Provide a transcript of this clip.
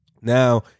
Now